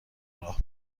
راه